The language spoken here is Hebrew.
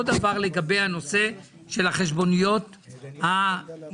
אותו דבר לגבי הנושא של החשבוניות הידניות.